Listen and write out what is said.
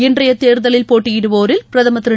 இன்றைய தேர்தலில் போட்டியிடுவோரில் பிரதமர் திரு